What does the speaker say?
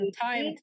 time